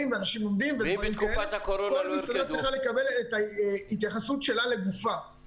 כל מסעדה צריכה לקבל את ההתייחסות לגופה של מסעדה.